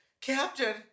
Captain